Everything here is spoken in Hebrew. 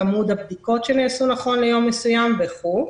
כמות הבדיקות שנעשו נכון ליום מסוים וכולי,